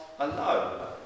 alone